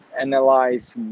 analyze